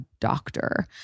doctor